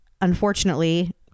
unfortunately